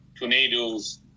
Tornadoes